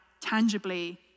tangibly